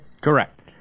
Correct